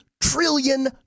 trillion